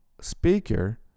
speaker